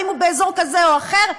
האם הוא באזור כזה או אחר?